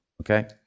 okay